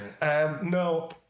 No